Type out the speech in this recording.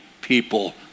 people